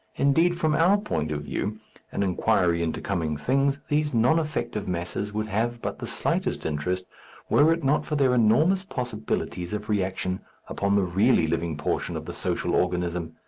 indeed, from our point of view an inquiry into coming things these non-effective masses would have but the slightest interest were it not for their enormous possibilities of reaction upon the really living portion of the social organism.